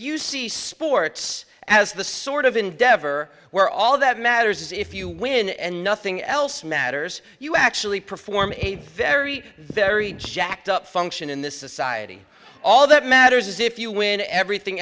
you see sports as the sort of endeavor where all that matters is if you win and nothing else matters you actually perform a very very jacked up function in this society all that matters is if you win everything